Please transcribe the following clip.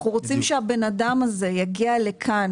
אנחנו רוצים שהבן אדם הזה יגיע לכאן